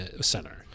center